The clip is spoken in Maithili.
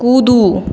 कूदू